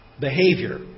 behavior